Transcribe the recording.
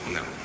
no